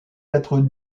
être